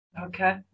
Okay